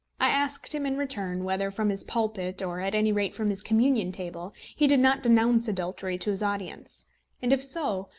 i asked him in return, whether from his pulpit, or at any rate from his communion-table, he did not denounce adultery to his audience and if so,